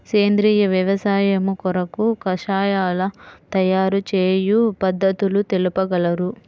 సేంద్రియ వ్యవసాయము కొరకు కషాయాల తయారు చేయు పద్ధతులు తెలుపగలరు?